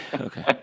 okay